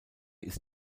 ist